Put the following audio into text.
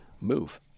Move